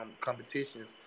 competitions